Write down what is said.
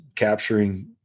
capturing